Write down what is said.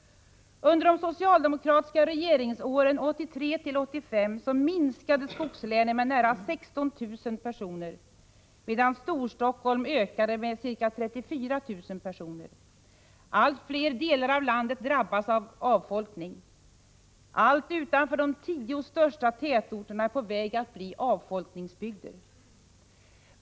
Under de socialdemokratiska regeringsåren 1983-1985 minskade skogslänen med nära 16 000 personer, medan Storstockholm ökade med ca 34 000 personer. Allt fler delar av landet drabbas av avfolkning. Allt utanför de tio största tätorterna är på väg att bli avfolkningsbygder.